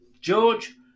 George